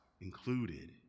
included